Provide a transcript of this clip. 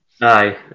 Aye